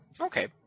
Okay